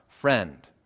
friend